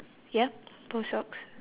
yup both socks